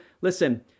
Listen